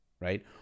right